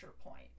point